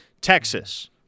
Texas